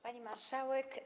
Pani Marszałek!